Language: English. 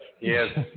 Yes